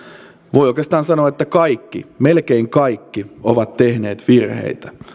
voi oikeastaan sanoa että kaikki melkein kaikki ovat tehneet virheitä